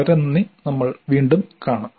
വളരെ നന്ദി നമ്മൾ വീണ്ടും കാണും